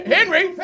Henry